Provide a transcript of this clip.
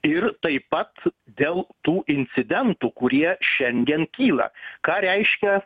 ir taip pat dėl tų incidentų kurie šiandien kyla ką reiškia